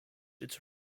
its